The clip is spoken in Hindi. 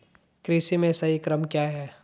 कृषि में सही क्रम क्या है?